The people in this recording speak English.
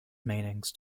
meanings